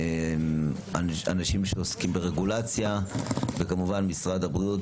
אנשים שעוסקים ברגולציה וכמובן משרדי הבריאות,